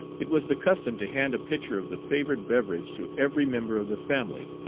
it was the custom to hand a pitcher of the favourite beverage to every member of the family,